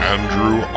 Andrew